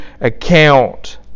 account